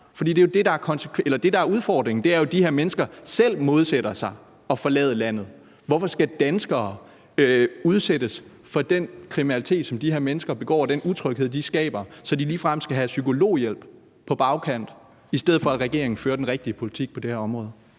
udrejse? Det, der er udfordringen, er jo, at de her mennesker modsætter sig at forlade landet. Hvorfor skal danskere udsættes for den kriminalitet, som de her mennesker begår, og den utryghed, de skaber, så de ligefrem skal have psykologhjælp på bagkant, i stedet for at regeringen fører den rigtige politik på det her område?